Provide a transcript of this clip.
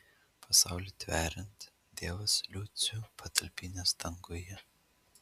pasaulį tveriant dievas liucių patalpinęs danguje